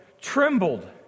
trembled